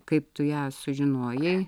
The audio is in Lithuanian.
kaip tu ją sužinojai